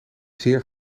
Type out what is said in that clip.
zeer